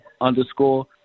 underscore